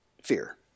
fear